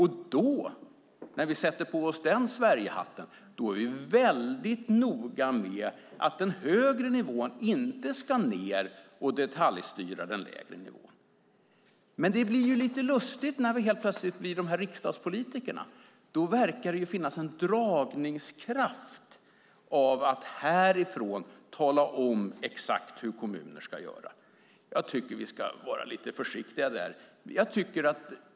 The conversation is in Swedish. När vi sätter på oss den Sverigehatten är vi noga med att den högre nivån inte ska ned och detaljstyra den lägre nivån. Men det blir lite lustigt när vi helt plötsligt blir riksdagspolitiker. Då verkar det finnas en dragningskraft av att härifrån tala om exakt hur kommuner ska göra. Jag tycker att vi ska vara lite försiktiga där.